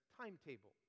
timetable